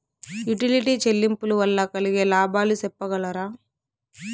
Utility చెల్లింపులు వల్ల కలిగే లాభాలు సెప్పగలరా?